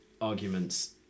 arguments